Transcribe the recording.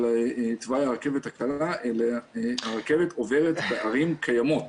תוואי הרכבת הקלה אלא הרכבת עוברת בערים קיימות